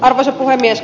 arvoisa puhemies